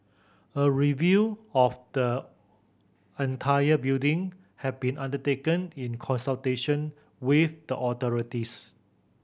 a review of the entire building has been undertaken in consultation with the authorities